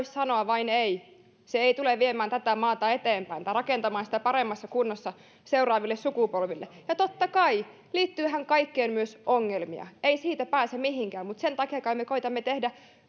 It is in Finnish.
sanoa vain ei se ei tule viemään tätä maata eteenpäin tai rakentamaan sitä parempaan kuntoon seuraaville sukupolville totta kai liittyyhän kaikkeen myös ongelmia ei siitä pääse mihinkään mutta sen takia kai me koetamme tehdä